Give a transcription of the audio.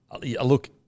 look